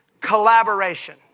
collaboration